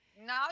no